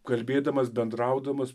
kalbėdamas bendraudamas